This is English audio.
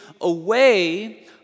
away